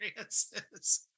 experiences